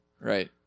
Right